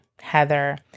Heather